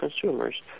consumers